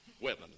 Women